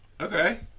Okay